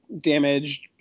damaged